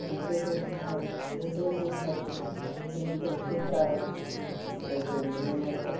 ठीक है तो उसमें आप देख लो कोई सा भी तीन तीन चार अवेलेबल है हमारे पास